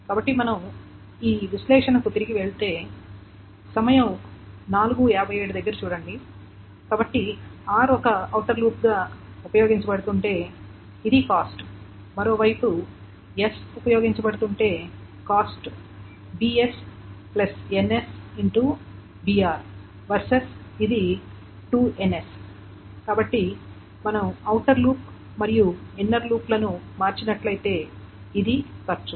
కాబట్టి మనం ఈ విశ్లేషణకు తిరిగి వెళితే సమయం 0457 దగ్గర చూడండి కాబట్టి r ఒక ఔటర్ లూప్గా ఉపయోగించబడుతుంటే ఇది కాస్ట్ మరోవైపు s ఉపయోగించబడుతుంటే cost bs ns X br versus ఇది 2ns కాబట్టి మనం ఔటర్ లూప్ మరియు ఇన్నర్ లూప్లను మార్చినట్లయితే ఇది ఖర్చు